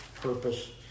purpose